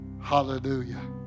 Hallelujah